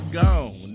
gone